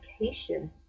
education